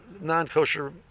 non-kosher